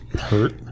hurt